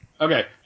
Okay